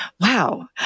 Wow